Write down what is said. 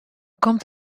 komt